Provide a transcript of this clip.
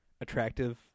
attractive